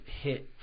hit